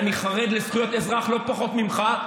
אני חרד לזכויות האזרח לא פחות ממך.